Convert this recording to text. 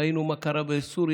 ראינו מה קרה בסוריה,